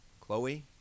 Chloe